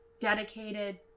dedicated